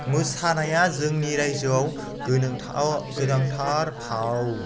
मोसानाया जोंनि रायजोआव गोनांथार फाव